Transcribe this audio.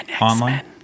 online